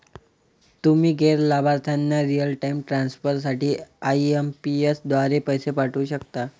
तुम्ही गैर लाभार्थ्यांना रिअल टाइम ट्रान्सफर साठी आई.एम.पी.एस द्वारे पैसे पाठवू शकता